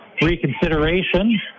reconsideration